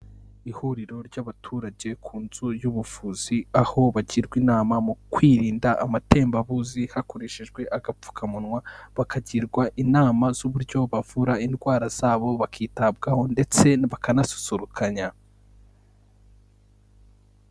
Ihuriro ry'abaturage ku nzu y'ubuvuzi, aho bagirwa inama mu kwirinda amatembabuzi hakoreshejwe agapfukamunwa, bakagirwa inama z'uburyo bavura indwara zabo bakitabwaho ndetse bakanasusurukanya.